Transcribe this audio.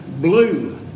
blue